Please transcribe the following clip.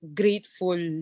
grateful